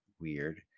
weird